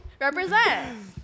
represent